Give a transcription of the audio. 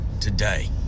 today